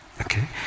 Okay